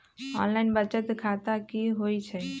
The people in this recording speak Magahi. ऑनलाइन बचत खाता की होई छई?